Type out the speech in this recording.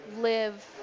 Live